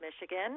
Michigan